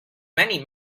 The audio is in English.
many